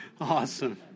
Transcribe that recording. Awesome